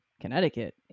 Connecticut